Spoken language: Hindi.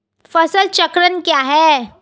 फसल चक्रण क्या है?